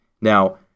Now